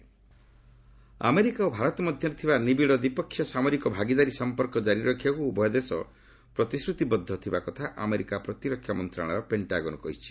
US India America ଓ ଭାରତ ମଧ୍ୟରେ ଥିବା ନିବିଡ଼ ଦ୍ୱିପକ୍ଷୀୟ ସାମରିକ ଭାଗିଦାରି ସମ୍ପର୍କ ଜାରି ରଖିବାକୁ ଉଭୟ ଦେଶ ପ୍ରତିଶ୍ରତିବଦ୍ଧ ଥିବା କଥା ଆମେରିକା ପ୍ରତିରକ୍ଷା ମନ୍ତ୍ରଣାଳୟ ପେଣ୍ଟାଗନ୍ କହିଛି